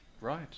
Right